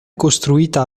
costruita